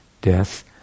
death